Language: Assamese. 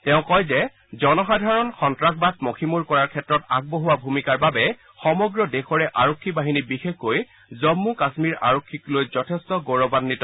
তেওঁ কয় যে জনসাধাৰণ সন্তাসবাদ মযীমূৰ কৰাৰ ক্ষেত্ৰত আগবঢ়োৱা ভূমিকাৰ বাবে সমগ্ৰ দেশৰে আৰক্ষী বাহিনী বিশেষকৈ জম্মু কাশ্মীৰ আৰক্ষীক লৈ যথেষ্ট গৌৰৱাঘিত